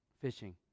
Fishing